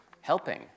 Helping